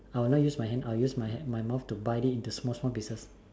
I'll not use my hand I'll use my mouth to bite it into small small pieces